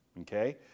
Okay